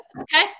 okay